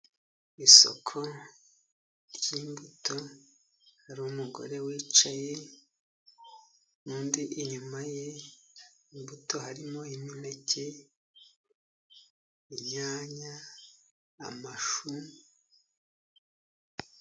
Isoko ry'imbuto hari umugore wicaye, n'undi inyuma ye. imbuto harimo: imineke, inyanya, amashu,..